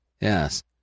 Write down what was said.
Yes